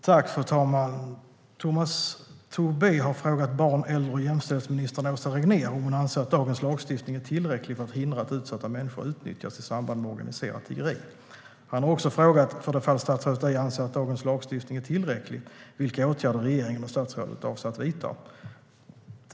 Fru talman! Tomas Tobé har frågat barn, äldre och jämställdhetsminister Åsa Regnér om hon anser att dagens lagstiftning är tillräcklig för att hindra att utsatta människor utnyttjas i samband med organiserat tiggeri. Han har också frågat, för det fall statsrådet ej anser att dagens lagstiftning är tillräcklig, vilka åtgärder regeringen och statsrådet avser att vidta.